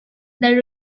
that